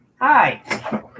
Hi